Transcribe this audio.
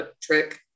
trick